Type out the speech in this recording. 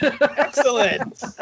Excellent